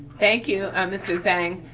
thank you, mr. zhang.